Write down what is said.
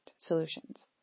solutions